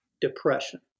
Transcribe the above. depression